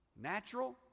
Natural